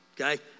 Okay